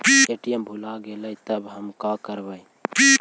ATM भुला गेलय तब हम काकरवय?